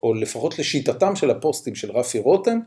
או לפחות לשיטתם של הפוסטים של רפי רותם